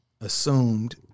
assumed